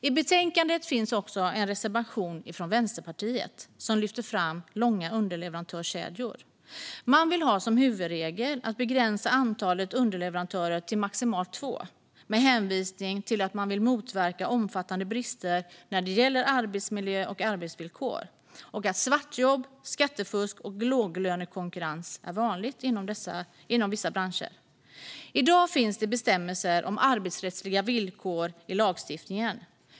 I betänkandet finns en reservation från Vänsterpartiet som lyfter fram långa underleverantörskedjor. Man vill ha som huvudregel att begränsa antalet underleverantörer till maximalt två, med hänvisning till att man vill motverka omfattande brister när det gäller arbetsmiljö och arbetsvillkor och till att svartjobb, skattefusk och låglönekonkurrens är vanligt inom vissa branscher. I dag finns det bestämmelser om arbetsrättsliga villkor i lagstiftningen.